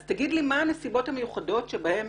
אז תגיד לי מה הנסיבות המיוחדות שבהן